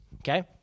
okay